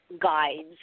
guides